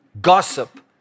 gossip